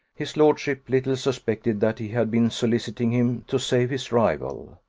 his lordship little suspected that he had been soliciting him to save his rival.